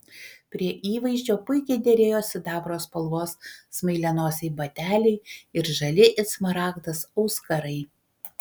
prie įvaizdžio puikiai derėjo sidabro spalvos smailianosiai bateliai ir žali it smaragdas auskarai